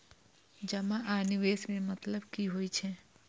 जमा आ निवेश में मतलब कि होई छै?